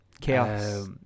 Chaos